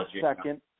Second